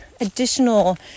additional